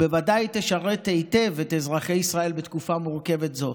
והיא בוודאי תשרת היטב את אזרחי ישראל בתקופה מורכבת זו: